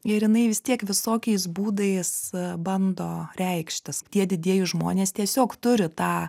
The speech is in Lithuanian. ir jinai vis tiek visokiais būdais bando reikštis tie didieji žmonės tiesiog turi tą